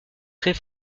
très